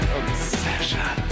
obsession